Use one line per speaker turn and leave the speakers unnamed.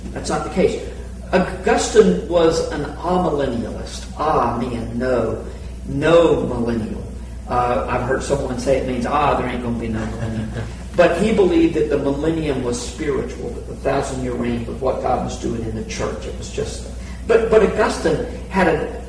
That's not the case. Augustine was an amillennialist. Ah, man, no. No millennial. Uh, I've heard someone say it means, "Ah, there ain't gonna be no millennium." But he believed that the millennium was spiritual, that the thousand-year reign was what God was doing in the church. It was just- but- but Augustine had a-